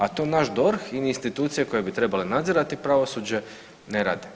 A to naš DORH i institucije koje bi trebale nadzirati pravosuđe ne rade.